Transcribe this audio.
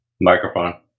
Microphone